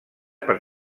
per